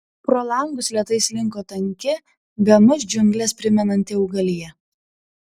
pro langus lėtai slinko tanki bemaž džiungles primenanti augalija